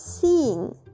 seeing